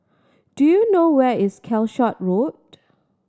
do you know where is Calshot Road